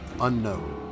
unknown